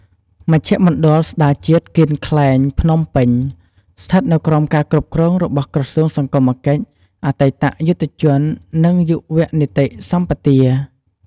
មជ្ឈមណ្ឌលស្ដារជាតិគៀនខ្លែង ភ្នំពេញ ស្ថិតនៅក្រោមការគ្រប់គ្រងរបស់ក្រសួងសង្គមកិច្ច អតីតយុទ្ធជន និងយុវនីតិសម្បទា។